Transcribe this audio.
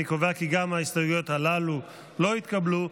אני קובע כי גם ההסתייגויות הללו לא התקבלו.